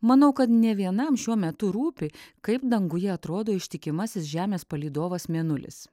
manau kad nė vienam šiuo metu rūpi kaip danguje atrodo ištikimasis žemės palydovas mėnulis